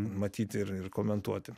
matyti ir komentuoti